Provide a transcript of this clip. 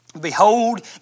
Behold